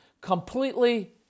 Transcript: Completely